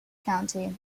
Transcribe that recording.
county